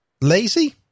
lazy